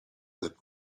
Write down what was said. that